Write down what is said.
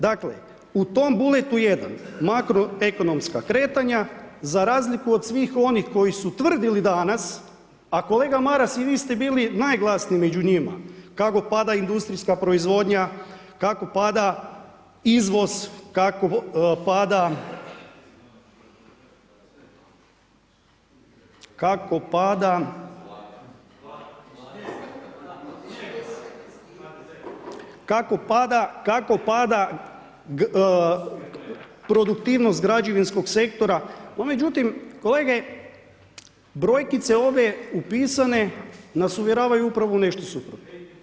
Dakle u tom bulletu 1 makroekonomska kretanja za razliku od svih onih koji su tvrdili danas, a kolega Maras i vi ste bili najglasniji među njima, kako pada industrijska proizvodnja, kako pada izvoz, kako pada … [[Upadice se ne čuju.]] kako pada produktivnost građevinskog sektora, no međutim kolege, brojkice ove upisane nas uvjeravaju upravo u nešto suprotno.